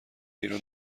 ایران